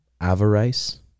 avarice